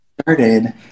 started